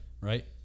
right